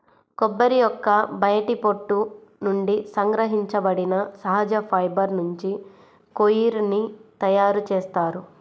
కొబ్బరి యొక్క బయటి పొట్టు నుండి సంగ్రహించబడిన సహజ ఫైబర్ నుంచి కోయిర్ ని తయారు చేస్తారు